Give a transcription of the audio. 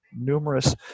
numerous